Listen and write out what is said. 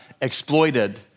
exploited